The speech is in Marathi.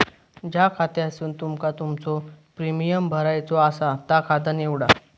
ज्या खात्यासून तुमका तुमचो प्रीमियम भरायचो आसा ता खाता निवडा